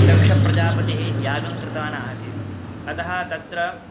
दक्षप्रजापतिः यागङ्कृतवान् आसीत् अतः तत्र